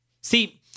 See